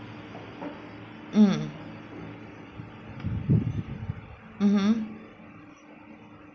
mm mmhmm